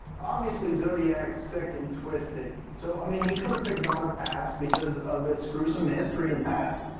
obviously, zodiac's sick and twisted, so i mean, he could've picked donner pass because of its gruesome history and past.